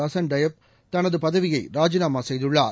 Hassan Diab தனது பதவியை ராஜினாமா செய்துள்ளார்